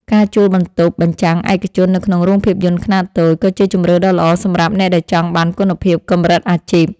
ការជួលបន្ទប់បញ្ចាំងឯកជននៅក្នុងរោងភាពយន្តខ្នាតតូច ក៏ជាជម្រើសដ៏ល្អសម្រាប់អ្នកដែលចង់បានគុណភាពកម្រិតអាជីព។